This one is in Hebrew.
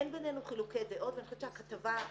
אין בינינו חילוקי דעות ואני חושבת שהכתבה,